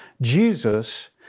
Jesus